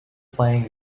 playing